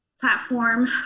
platform